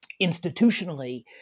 institutionally